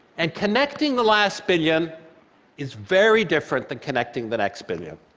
and connecting the last billion is very different than connecting the next billion,